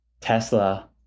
Tesla